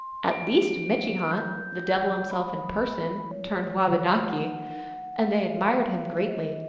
at least mitche-hant, the devil himself in person, turned wabanaki and they admired him greatly,